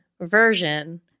version